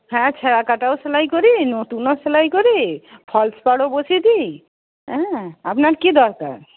হ্যাঁ ছেঁড়া কাটাও সেলাই করি নতুনও সেলাই করি ফলস পাড়ও বসিয়ে দিই হ্যাঁ আপনার কী দরকার